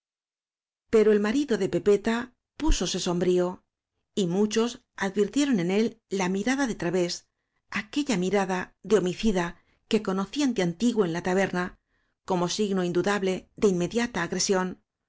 pero el marido de pepeta púsose sombrío y muchos advirtieron en él la mirada de través aquella mirada de homicida que conocían de antiguo en la taberna como signo indudable de inmediata agresión